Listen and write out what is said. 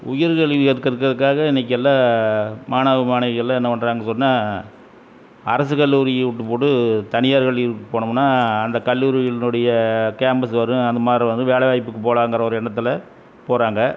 உயர்கல்வி கற்கிறக்காக இன்றைக்கு எல்லா மாணவ மாணவிகளெலாம் என்ன பண்ணுறாங்கன்னு சொன்னால் அரசு கல்லூரியை விட்டு போட்டு தனியார் கல்லூரிக்கு போனோம்னால் அந்த கல்லூரிகளினுடைய கேம்பஸ் வரும் அந்தமாதிரி வந்து வேலை வாய்ப்புக்கு போகலாங்கிற ஒரு எண்ணத்தில் போகிறாங்க